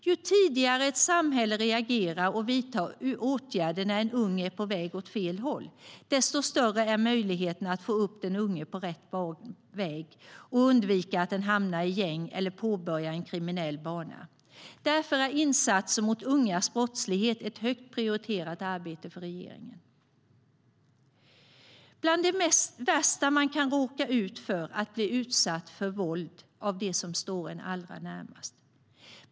Ju tidigare samhället reagerar och vidtar åtgärder när en ung är på väg åt fel håll, desto större är möjligheterna att få upp den unge på rätt väg och undvika att denne hamnar i gäng eller påbörjar en kriminell bana. Därför är insatser mot ungas brottslighet ett högt prioriterat arbete för regeringen. Bland det värsta man kan råka ut för är att bli utsatt för våld av dem som står en allra närmast.